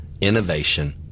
innovation